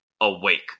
awake